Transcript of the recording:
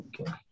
okay